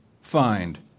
find